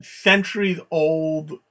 centuries-old